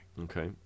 Okay